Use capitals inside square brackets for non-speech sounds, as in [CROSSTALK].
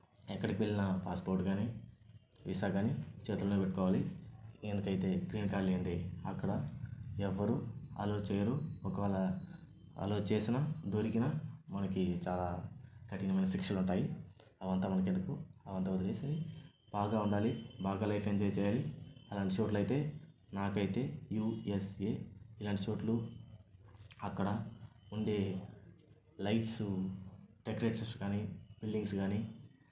ఎక్కడికి వెళ్లినా పాస్పోర్ట్ కానీ వీసా కానీ చేతిలోనే పెట్టుకోవాలి ఎందుకైతే [UNINTELLIGIBLE] లేనిదే అక్కడ ఎవరు అలో చెయ్యరు ఒకలా అలో చేసిన దొరికిన మనకి చాలా కఠినమైన శిక్షలు ఉంటాయి అవంతా మనకి ఎందుకు అవంతా వదిలేసి బాగా ఉండాలి బాగా లైఫ్ ఎంజాయ్ చేయాలి అలాంటి చోట్ల అయితే నాకైతే యుఎస్ఎ ఇలాంటి చోట్లు అక్కడ ఉండే లైట్స్ డెకరేషన్స్ కానీ బిల్డింగ్స్ కానీ